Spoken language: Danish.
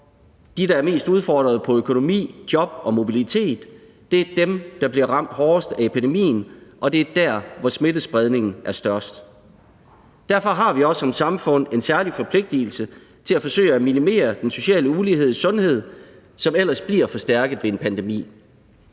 de, der er mest udfordret på økonomi, job og mobilitet, som er dem, der bliver ramt hårdest af epidemien, og det er der, hvor smittespredningen er størst. Derfor har vi også som samfund en særlig forpligtelse til at forsøge at minimere den sociale ulighed i sundhed, som ellers bliver forstærket ved en pandemi.